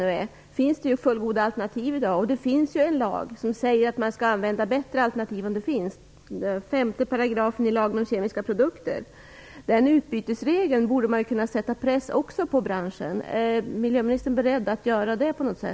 Det finns en lagbestämmelse som innebär man skall använda bättre alternativ, om sådana finns, nämligen 5 § lagen om kemiska produkter. Med hänvisning till den utbytesregeln borde man kunna sätta press på branschen. Är miljöministern beredd att göra det?